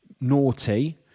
naughty